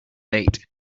bait